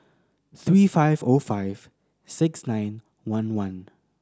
three five O five six nine one one